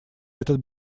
этот